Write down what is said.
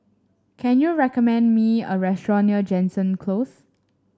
can you recommend me a restaurant near Jansen Close